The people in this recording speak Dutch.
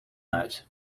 uit